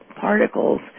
particles